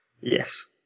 Yes